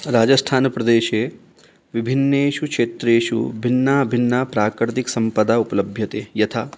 राजस्थानप्रदेशे विभिन्नेषु क्षेत्रेषु भिन्ना भिन्ना प्राकृतिकसम्पदा उपलभ्यते यथा